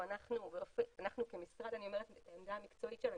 אנחנו כעמדה המקצועית של המשרד,